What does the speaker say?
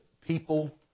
people